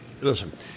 listen